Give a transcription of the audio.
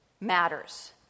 matters